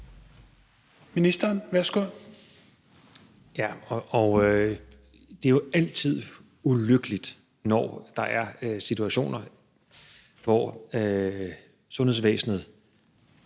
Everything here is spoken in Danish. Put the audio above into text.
(Magnus Heunicke): Ja, og det er jo altid ulykkeligt, når der er situationer, hvor sundhedsvæsenet